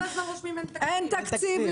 כל הזמן הם כותבים שאין להם תקציב.